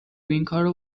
اینکارو